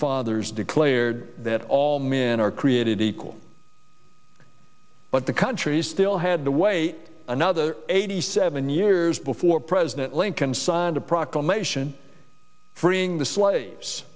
fathers declared that all men are created equal but the country still had to wait another eighty seven years before president lincoln signed a proclamation freeing the slaves